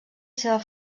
seva